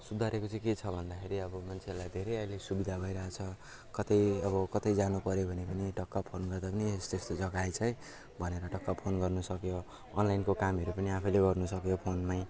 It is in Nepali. सुधारेको चाहिँ के छ भन्दाखेरि अब मान्छेलाई धेरै अहिले सुविधा भइरहेको छ कतै अब कतै जानुपऱ्यो भने पनि टक्क फोन गर्दा पनि यस्तो यस्तो जग्गा आइज है भनेर टक्क फोन गर्नु सकियो अनलाइनको कामहरू पनि आफैले गर्नुसक्यो फोनमै